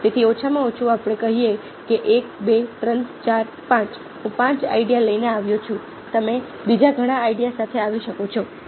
તેથી ઓછામાં ઓછું આપણે કહીએ કે 1 2 3 4 5 હું પાંચ આઈડિયા લઈને આવ્યો છું તમે બીજા ઘણા આઈડિયા સાથે આવી શકો છો